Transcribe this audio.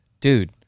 Dude